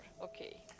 okay